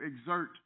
exert